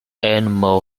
animal